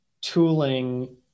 tooling